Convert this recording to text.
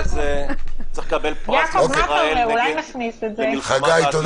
צריך להגיד לחגי כל